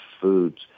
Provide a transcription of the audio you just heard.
Foods